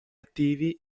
attivi